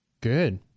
Good